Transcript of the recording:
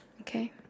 okay